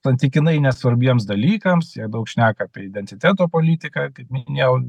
santykinai nesvarbiems dalykams daug šneka apie identiteto politiką kaip minėjau